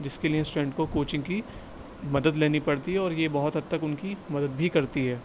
جس کے لیے اسٹوڈینٹ کو کوچنگ کی مدد لینی پڑتی ہے اور یہ بہت حد تک ان کی مدد بھی کرتی ہے